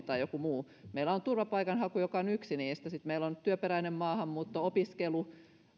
tai joku muu meillä on turvapaikanhaku joka on yksi niistä sitten meillä on työperäinen maahanmuutto opiskelu